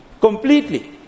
completely